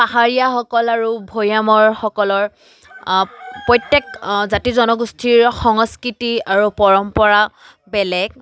পাহাৰীয়াসকল আৰু ভৈয়ামৰসকলৰ প্ৰত্যেক জাতি জনগোষ্ঠীৰ সংস্কৃতি আৰু পৰম্পৰা বেলেগ